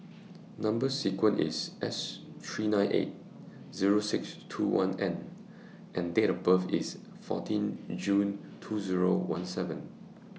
Number sequence IS S three nine eight Zero six two one N and Date of birth IS fourteen June two Zero one seven